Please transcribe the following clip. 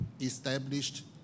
established